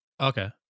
Okay